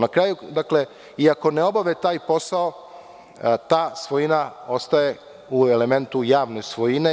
Na kraju, iako ne obave taj posao, ta svojina ostaje u elementu javne svojine.